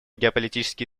геополитические